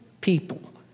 people